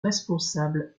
responsable